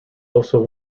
also